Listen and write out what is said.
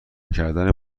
کردن